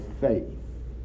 faith